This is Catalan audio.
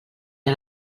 era